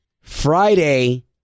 Friday